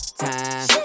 time